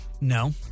No